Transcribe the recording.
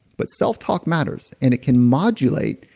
but self talk matters. and it can modulate.